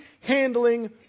handling